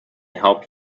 help